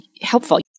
helpful